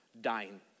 dying